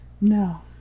No